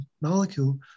molecule